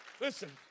Listen